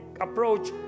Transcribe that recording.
approach